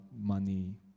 money